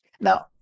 Now